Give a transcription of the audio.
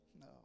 No